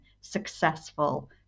successful